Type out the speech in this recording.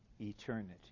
eternity